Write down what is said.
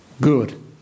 good